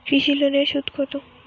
কৃষি লোনের সুদ কত?